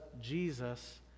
Jesus